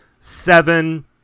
seven